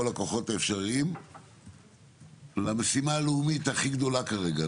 הכוחות האפשריים למשימה הלאומית הכי גדולה כרגע,